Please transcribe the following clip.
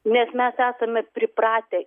nes mes esame pripratę